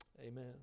amen